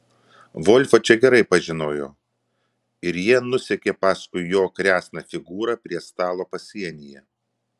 volfą čia gerai pažinojo ir jie nusekė paskui jo kresną figūrą prie stalo pasienyje